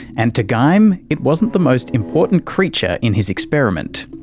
and to geim, it wasn't the most important creature in his experiment.